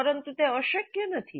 પરંતુ તે અશક્ય નથી